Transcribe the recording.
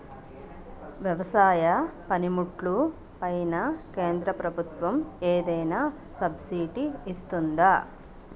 వ్యవసాయ పనిముట్లు పైన కేంద్రప్రభుత్వం ఏమైనా సబ్సిడీ ఇస్తుందా?